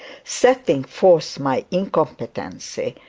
setting forth my incompetency,